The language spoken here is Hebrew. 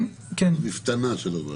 על מפתנה של הוועדה.